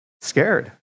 scared